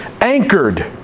anchored